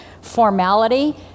formality